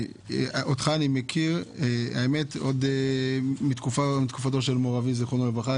אותך אני מכיר עוד מתקופתו של אבי זיכרונו לברכה,